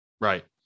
right